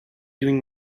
doing